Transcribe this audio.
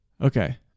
okay